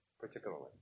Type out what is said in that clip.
particularly